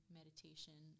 meditation